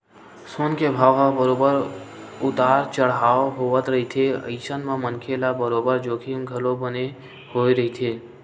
सोना के भाव ह बरोबर उतार चड़हाव होवत रहिथे अइसन म मनखे ल बरोबर जोखिम घलो बने होय रहिथे